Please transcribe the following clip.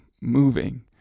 moving